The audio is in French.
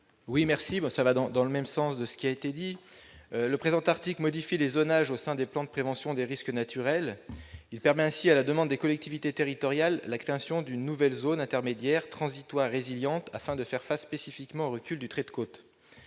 pour présenter l'amendement n° 33. Le présent article modifie les zonages au sein des plans de prévention des risques naturels. Il permet ainsi, à la demande des collectivités territoriales, la création d'une nouvelle zone intermédiaire, transitoire et résiliente, afin de faire face spécifiquement au recul du trait de côte.